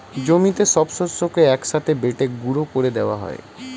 জমিতে সব শস্যকে এক সাথে বেটে গুঁড়ো করে দেওয়া হয়